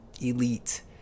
elite